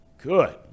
Good